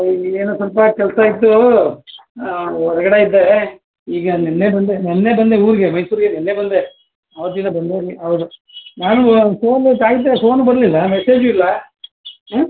ಇಲ್ಲಿ ಏನೋ ಸ್ವಲ್ಪ ಕೆಲಸ ಇತ್ತು ಹೊರ್ಗಡೆ ಇದ್ದೆ ಈಗ ನೆನ್ನೆ ಬಂದೆ ನೆನ್ನೆ ಬಂದೆ ಊರಿಗೆ ಮೈಸೂರ್ಗೆ ನೆನ್ನೆ ಬಂದೆ ಆವತ್ತಿಂದ ಬಂದೇ ಇರಲಿ ಹೌದು ನಾನು ಫೋನು ಕಾಯ್ತಾ ಫೋನು ಬರಲಿಲ್ಲ ಮೆಸೇಜೂ ಇಲ್ಲ ಹ್ಞೂ